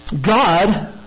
God